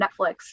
Netflix